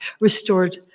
restored